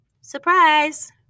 Surprise